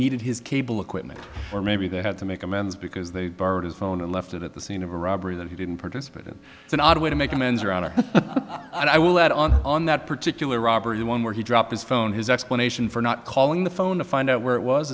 needed his cable equipment or maybe they had to make amends because they borrowed his phone and left it at the scene of a robbery that he didn't participate in an odd way to make amends or honor i will add on on that particular robbery one where he dropped his phone his explanation for not calling the phone to find out where it was